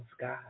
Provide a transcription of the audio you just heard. God